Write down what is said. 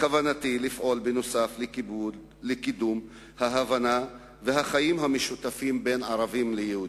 בכוונתי לפעול בנוסף לקידום ההבנה והחיים המשותפים בין ערבים ליהודים.